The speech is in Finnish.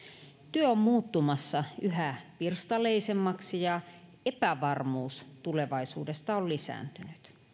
työ on muuttumassa yhä pirstaleisemmaksi ja epävarmuus tulevaisuudesta on lisääntynyt